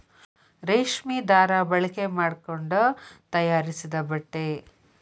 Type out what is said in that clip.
ರೇಶ್ಮಿ ದಾರಾ ಬಳಕೆ ಮಾಡಕೊಂಡ ತಯಾರಿಸಿದ ಬಟ್ಟೆ